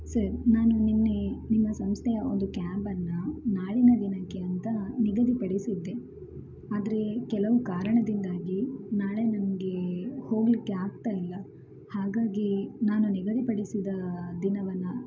sir ನಾನು ನಿನ್ನೆ ನಿಮ್ಮ ಸಂಸ್ಥೆಯ ಒಂದು ಕ್ಯಾಬನ್ನು ನಾಳಿನ ದಿನಕ್ಕೆ ಅಂತ ನಿಗದಿಪಡಿಸಿದ್ದೆ ಆದರೆ ಕೆಲವು ಕಾರಣದಿಂದಾಗಿ ನಾಳೆ ನನಗೆ ಹೋಗಲಿಕ್ಕೆ ಆಗ್ತಾ ಇಲ್ಲ ಹಾಗಾಗಿ ನಾನು ನಿಗದಿಪಡಿಸಿದ ದಿನವನ್ನು